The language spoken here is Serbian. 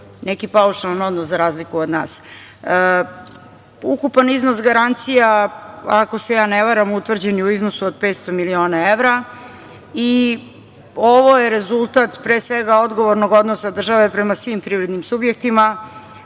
neki paušalni odnos, za razliku od nas. Ukupan iznos garancija, ako se ja ne varam, utvrđen je u iznosu od 500 miliona evra. Ovo je rezultat pre svega odgovornog odnosa države prema svim privrednim subjektima